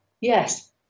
yes